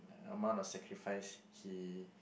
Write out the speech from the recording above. amount of sacrifice he